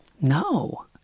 No